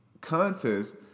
contest